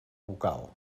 vocal